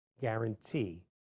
guarantee